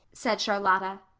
said charlotta.